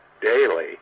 daily